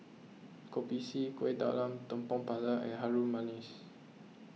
Kopi C Kuih Talam Tepong Pandan and Harum Manis